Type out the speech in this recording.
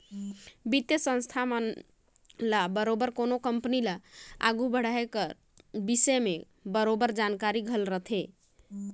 बित्तीय संस्था मन ल बरोबेर कोनो कंपनी ल आघु बढ़ाए कर बिसे में बरोबेर जानकारी घलो रहथे